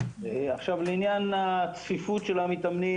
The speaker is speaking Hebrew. לעניין הצפיפות של המתאמנים,